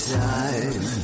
time